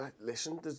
listen